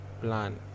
plan